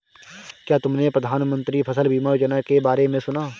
क्या तुमने प्रधानमंत्री फसल बीमा योजना के बारे में सुना?